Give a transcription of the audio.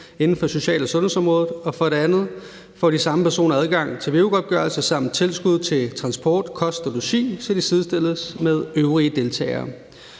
inden for social- og sundhedsområdet. For det andet får de samme personer adgang til veu-godtgørelse samt tilskud til transport, kost og logi, så de sidestilles med øvrige deltagere.